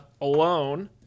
alone